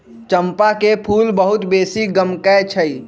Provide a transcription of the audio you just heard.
चंपा के फूल बहुत बेशी गमकै छइ